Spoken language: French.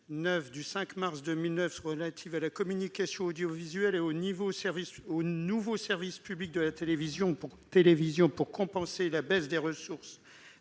du 5 mars 2009 relative à la communication audiovisuelle et au nouveau service public de la télévision pour compenser la baisse des ressources